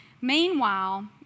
Meanwhile